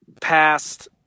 past